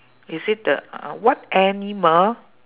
you say the ah what animal